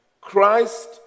Christ